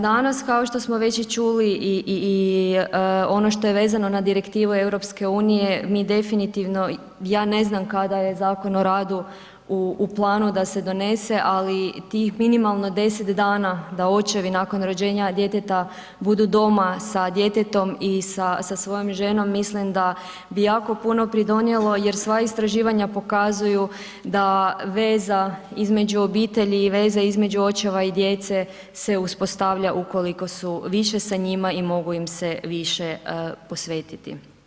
Danas, kao što smo već i čuli i ono što je vezano na direktivu EU mi definitivno, ja ne znam kada je Zakon o radu da se donese, ali tih minimalno 10 dana da očevi nakon rođenja djeteta budu doma sa djetetom i sa svojom ženom mislim da bi jako puno pridonijelo jer sva istraživanja pokazuju da veza između obitelji i veza između očeva i djece se uspostavlja ukoliko su više sa njima i mogu im se više posvetiti.